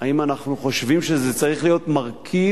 האם אנחנו חושבים שזה צריך להיות מרכיב?